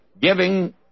giving